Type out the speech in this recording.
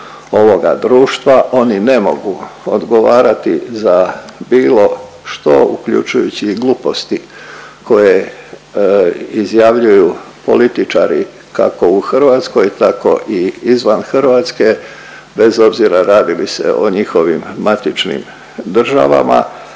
ovoga društva, oni ne mogu odgovarati za bilo što uključujući i gluposti koje izjavljuju političari kako u Hrvatskoj tako i izvan Hrvatske bez obzira radi li se o njihovim matičnim državama,